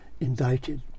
indicted